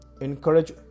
encourage